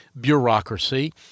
bureaucracy